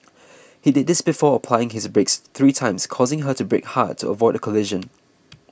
he did this before applying his brakes three times causing her to brake hard to avoid a collision